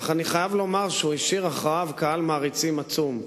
אך אני חייב לומר שהוא השאיר אחריו קהל מעריצים עצום.